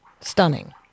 Stunning